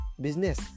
business